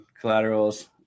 collaterals